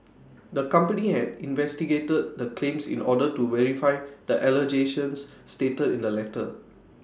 the company had investigated the claims in order to verify the allegations stated in the letter